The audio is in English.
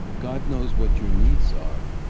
god knows what your needs are.